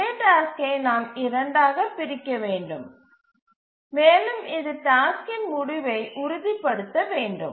அதே டாஸ்க்கை நாம் இரண்டாக பிரிக்க வேண்டும் மேலும் இது டாஸ்க்கின் முடிவை உறுதிப்படுத்த வேண்டும்